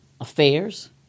affairs